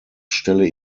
stelle